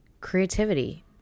creativity